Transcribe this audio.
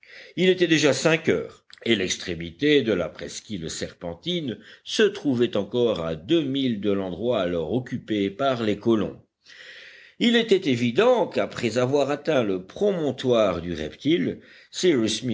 il était déjà cinq heures et l'extrémité de la presqu'île serpentine se trouvait encore à deux milles de l'endroit alors occupé par les colons il était évident qu'après avoir atteint le promontoire du reptile